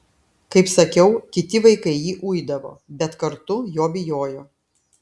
kaip sakiau kiti vaikai jį uidavo bet kartu jo bijojo